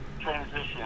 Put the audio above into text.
transition